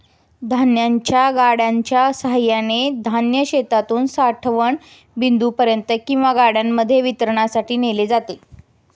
धान्याच्या गाड्यांच्या सहाय्याने धान्य शेतातून साठवण बिंदूपर्यंत किंवा गाड्यांमध्ये वितरणासाठी नेले जाते